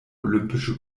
olympische